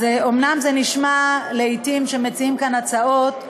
אומנם זה נשמע לעתים שמציעים כאן הצעות,